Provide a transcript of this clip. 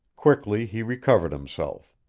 quickly he recovered himself.